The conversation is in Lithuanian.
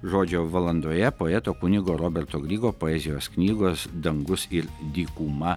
žodžio valandoje poeto kunigo roberto grigo poezijos knygos dangus ir dykuma